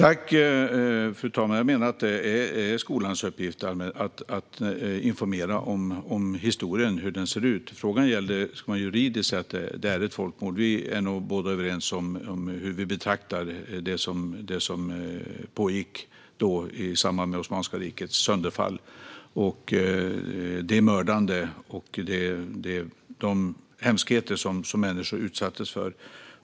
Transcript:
Fru talman! Jag menar att det är skolans uppgift att informera om hur historien ser ut. Frågan gällde om man juridiskt skulle säga att det rör sig om ett folkmord. Vi är nog överens om hur vi betraktar det som skedde i samband med Osmanska rikets sönderfall - det mördande och de hemskheter som människor utsattes för.